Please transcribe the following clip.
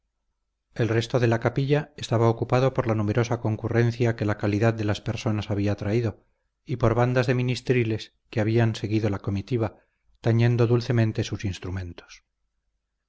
el resto de la capilla estaba ocupado por la numerosa concurrencia que la calidad de las personas había traído y por bandas de ministriles que habían seguido la comitiva tañendo dulcemente sus instrumentos